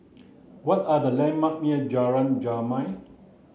what are the landmarks near Jalan Jamal